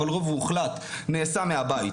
אבל רוב מוחלט נעשה מהבית.